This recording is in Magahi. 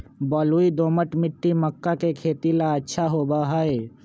बलुई, दोमट मिट्टी मक्का के खेती ला अच्छा होबा हई